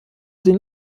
den